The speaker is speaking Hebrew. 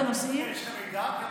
תשאלי משם, יעל.